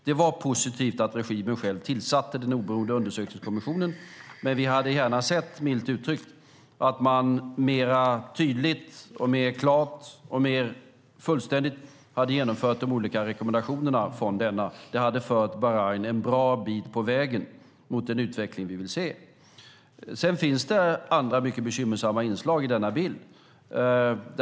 Det var positivt att regimen själv tillsatte den oberoende undersökningskommissionen, men vi hade gärna sett, milt uttryckt, att man mer tydligt, klart och fullständigt hade genomfört de olika rekommendationerna från denna. Det hade fört Bahrain en bra bit på vägen mot den utveckling vi vill se. Det finns andra bekymmersamma inslag i denna bild.